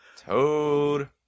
Toad